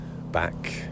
back